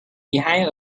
behind